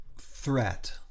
threat